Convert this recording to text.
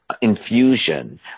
infusion